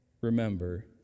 remember